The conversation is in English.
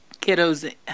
kiddos